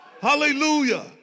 Hallelujah